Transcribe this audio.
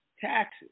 taxes